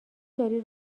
داری